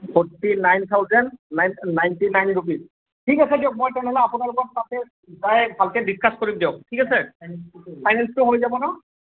forty nine thousand ninety nine rupees ঠিক আছে দিয়ক মই তেনেহ'লে আপোনালোকৰ তাতে যায় ভালকৈ ডিচকাছ কৰিম দিয়ক ঠিক আছে ফাইনেন্সটো হৈ যাব ন